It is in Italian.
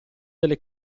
delle